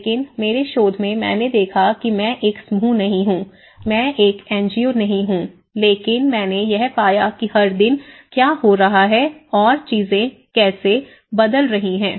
लेकिन मेरे शोध में मैंने देखा कि मैं एक समूह नहीं हूं मैं एक एनजीओ नहीं हूं लेकिन मैंने यह पाया कि हर दिन क्या हो रहा है और चीजें कैसे बदलती जा रही है